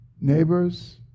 neighbors